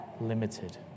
limited